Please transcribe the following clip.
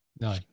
No